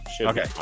okay